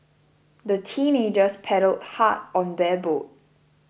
the teenagers paddled hard on their boat